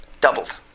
doubled